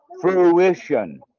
Fruition